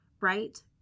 right